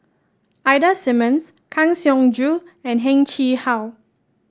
Ida Simmons Kang Siong Joo and Heng Chee How